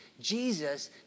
Jesus